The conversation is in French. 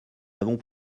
avons